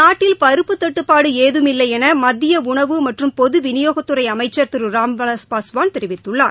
நாட்டில் பருப்பு தட்டுப்பாடு ஏதும் இல்லை என மத்திய உணவு மற்றும் பொதுவிநியோகத் துறை அமைச்சர் திரு ராம்விலாஸ் பாஸ்வான் தெரிவித்துள்ளார்